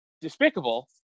despicable